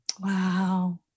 Wow